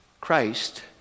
Christ